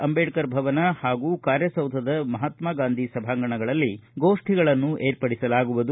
ಅಂಬೇಡ್ತರ್ ಭವನ ಹಾಗೂ ಕಾರ್ಯಸೌಧದ ಮಹಾತ್ಮ ಗಾಂಧಿ ಸಭಾಂಗಣಗಳಲ್ಲಿ ಗೋಷ್ಠಿಗಳನ್ನು ಏರ್ಪಡಿಸಲಾಗುವುದು